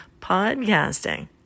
Podcasting